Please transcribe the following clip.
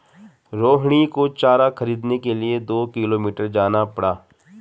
रोहिणी को चारा खरीदने के लिए दो किलोमीटर जाना पड़ा